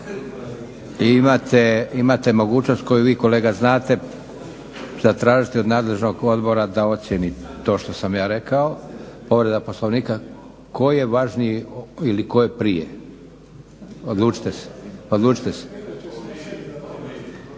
Imate mogućnost koju vi kolega znate zatražiti od nadležnog odbora da ocijeni to što sam ja rekao. Povreda Poslovnika, tko je važniji ili tko je prije. Odlučite se. Izvolite